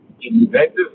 inventive